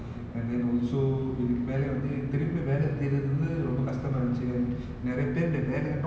state where they don't receive any bonus of the receive proper payment because அந்த:antha business ஒழுங்கா பன்னல:olungaa pannala